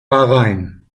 bahrain